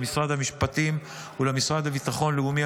למשרד המשפטים ולמשרד לביטחון לאומי,